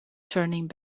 turning